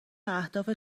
اهداف